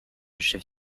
chef